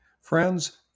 Friends